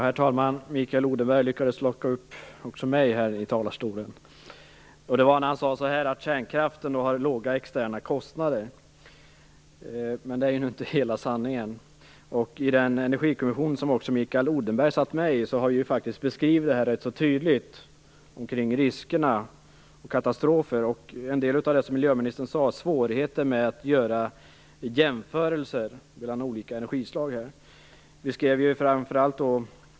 Herr talman! Mikael Odenberg lyckades även locka upp mig i talarstolen. Det var när han sade att kärnkraften har låga externa kostnader. Det är nu inte hela sanningen. Energikommissionen, som också Mikael Odenberg satt med i, har beskrivit detta rätt tydligt. Det handlar om riskerna och katastroferna, och om svårigheterna med att göra jämförelser mellan olika energislag. Detta berördes också av miljöministern.